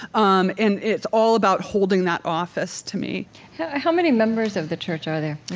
um and it's all about holding that office to me how many members of the church are there?